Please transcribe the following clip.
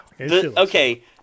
okay